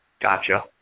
Gotcha